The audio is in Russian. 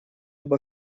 обо